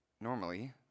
normally